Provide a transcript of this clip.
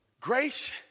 Grace